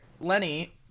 Lenny